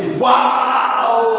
wow